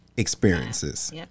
Experiences